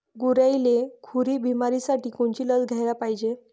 गुरांइले खुरी बिमारीसाठी कोनची लस द्याले पायजे?